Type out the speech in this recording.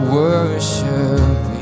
worship